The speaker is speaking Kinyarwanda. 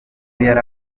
yari